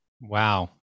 Wow